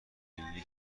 ملی